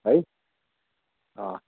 है अँ